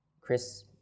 Chris